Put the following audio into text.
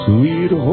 Sweet